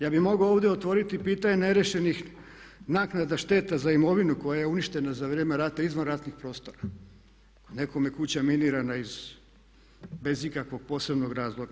Ja bih mogao ovdje otvoriti pitanje neriješenih naknada šteta za imovinu koja je uništena za vrijeme rata, izvan ratnih prostora, nekome je kuća miniran bez ikakvog posebnog razloga.